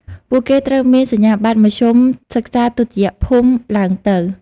ពួកគេត្រូវមានសញ្ញាបត្រមធ្យមសិក្សាទុតិយភូមិឡើងទៅ។